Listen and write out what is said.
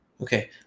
Okay